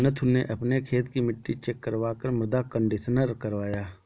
नथु ने अपने खेत की मिट्टी चेक करवा कर मृदा कंडीशनर करवाया